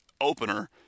opener